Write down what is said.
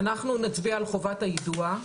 אנחנו נצביע על חובת היידוע.